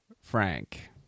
frank